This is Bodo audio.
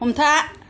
हमथा